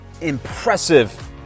impressive